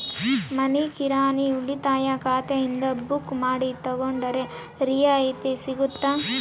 ಮನಿ ಕಿರಾಣಿ ಉಳಿತಾಯ ಖಾತೆಯಿಂದ ಬುಕ್ಕು ಮಾಡಿ ತಗೊಂಡರೆ ರಿಯಾಯಿತಿ ಸಿಗುತ್ತಾ?